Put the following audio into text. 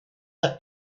the